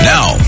Now